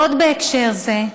עוד בהקשר הזה,